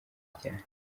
cyane